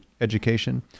education